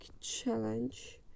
challenge